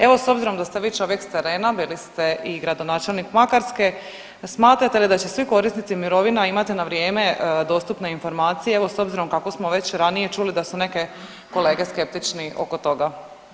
Evo, s obzirom da ste vi čovjek s terena, bili ste i gradonačelnik Makarske, smatrate li da će svi korisnici mirovina imati na vrijeme dostupne informacije, evo s obzirom kako smo već ranije čuli da su neke kolege skeptični oko toga.